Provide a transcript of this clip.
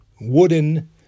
wooden